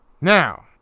Now